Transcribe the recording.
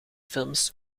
films